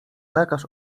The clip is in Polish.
lekarz